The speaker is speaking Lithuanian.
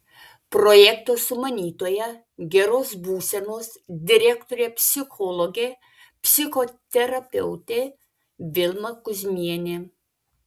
projekto sumanytoja geros būsenos direktorė psichologė psichoterapeutė vilma kuzmienė